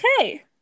Okay